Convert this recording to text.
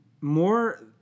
more